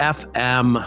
fm